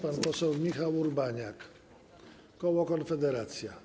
Pan poseł Michał Urbaniak, koło Konfederacja.